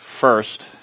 first